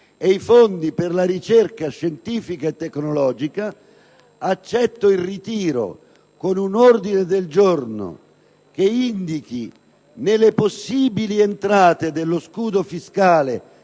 ed i fondi per la ricerca scientifica e tecnologica, accetto l'invito al ritiro, presentando un ordine del giorno che indichi nelle possibili entrate dello scudo fiscale,